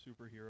superhero